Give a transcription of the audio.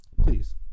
please